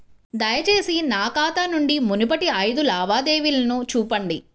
దయచేసి నా ఖాతా నుండి మునుపటి ఐదు లావాదేవీలను చూపండి